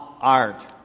art